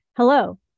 Hello